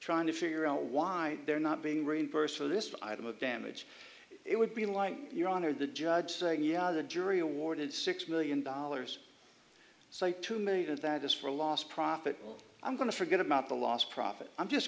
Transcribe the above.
trying to figure out why they're not being reimbursed for list item of damage it would be like your honor the judge saying yeah the jury awarded six million dollars say to me that that is for a loss profit or i'm going to forget about the lost property i'm just